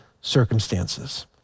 circumstances